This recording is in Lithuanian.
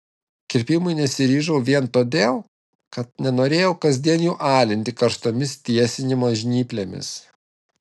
kirpimui nesiryžau vien todėl kad nenorėjau kasdien jų alinti karštomis tiesinimo žnyplėmis